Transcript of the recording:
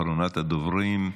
אחרונת הדוברים,